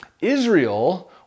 Israel